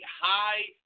high